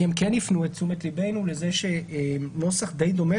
כי הם כן הפנו את תשומת ליבנו לזה שנוסח די דומה